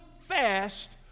fast